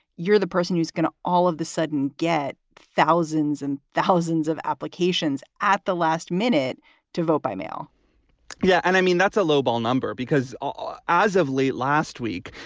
you're the person who's going to all of the sudden get thousands and thousands of applications at the last minute to vote by mail yeah. and i mean, that's a lowball number because as of late last week,